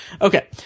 Okay